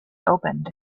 opened